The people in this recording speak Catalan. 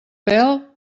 pèl